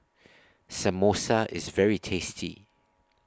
Samosa IS very tasty